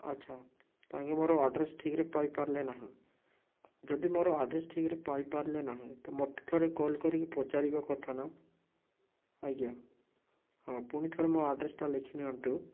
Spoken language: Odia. ଆଛା ତାଙ୍କେ ମୋର ଆଡ୍ରେସ୍ ଠିକ୍ରେ ପାଇପାରିଲେ ନାହିଁ ଯଦି ମୋର ଆଡ୍ରେସ୍ ଠିକ୍ରେ ପାଇପାରିଲେ ନାହିଁ ତ ମୋତେ ଥରେ କଲ୍ କରିକି ପଚାରିବା କଥା ନା ଆଜ୍ଞା ହଁ ପୁଣି ଥରେ ମୋ ଆଡ୍ରେସ୍ଟା ଲେଖି ନିଅନ୍ତୁ